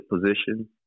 position